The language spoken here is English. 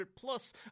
plus